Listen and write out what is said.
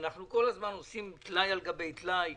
ואנחנו כל הזמן עושים טלאי על גבי טלאי.